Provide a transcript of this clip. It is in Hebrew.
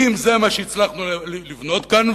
אם זה מה שהצלחנו לבנות כאן,